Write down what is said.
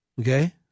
Okay